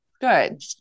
Good